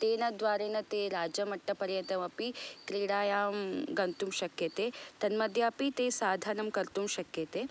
तेन द्वारेन ते राज्यमटट् पर्यन्तमपि क्रीडायां गन्तुं शक्यते तन् मध्ये अपि ते साधनं कर्तुं शक्यते